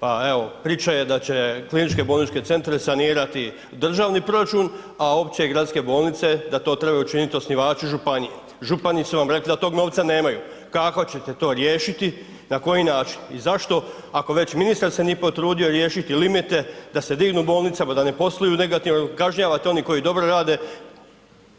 Pa evo, priča je da će kliničke bolničke centre sanirati državni proračun, a opće i gradske bolnice da to trebaju učinit osnivači županije, župani su rekli da tog novca nemaju, kako ćete to riješiti i na koji način i zašto ako već ministar se nije potrudio riješiti limite da se dignu bolnicama, da ne posluju negativno jer kažnjavate one koji dobro rade,